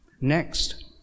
Next